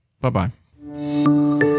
Bye-bye